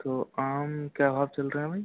तो आम क्या भाव चल रहा है भाई